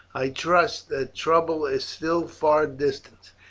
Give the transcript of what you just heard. i trust that trouble is still far distant,